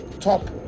top